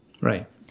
Right